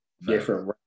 different